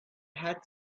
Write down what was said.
had